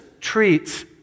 treats